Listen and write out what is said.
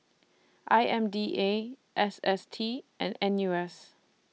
I M D A S S T and N U S